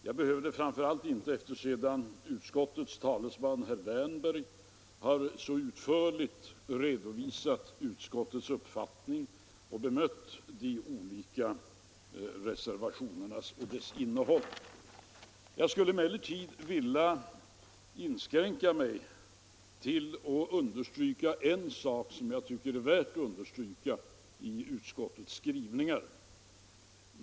Jag behöver det framför allt inte efter det att utskottets talesman herr Wärnberg så utförligt har redovisat utskottets uppfattning och bemött de olika reservationernas innehåll. Jag skulle emellertid vilja peka på en sak som jag tycker är värd att understryka i utskottets skrivningar.